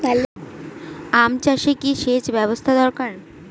আম চাষে কি সেচ ব্যবস্থা দরকার?